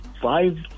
five